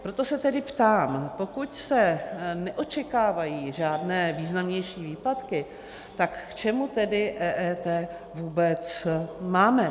Proto se tedy ptám: pokud se neočekávají žádné významnější výpadky, tak k čemu tedy EET vůbec máme?